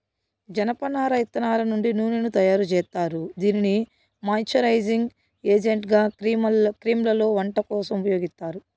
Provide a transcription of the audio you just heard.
జనపనార ఇత్తనాల నుండి నూనెను తయారు జేత్తారు, దీనిని మాయిశ్చరైజింగ్ ఏజెంట్గా క్రీమ్లలో, వంట కోసం ఉపయోగిత్తారు